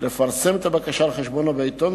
לפרסם את הבקשה על חשבונו